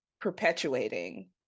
perpetuating